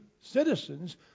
citizens